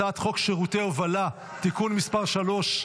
הצעת חוק שירותי הובלה (תיקון מס' 3),